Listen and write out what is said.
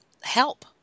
help